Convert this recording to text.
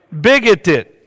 bigoted